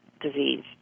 disease